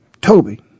Toby